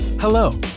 Hello